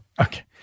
Okay